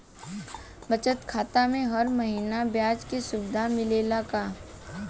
बचत खाता में हर महिना ब्याज के सुविधा मिलेला का?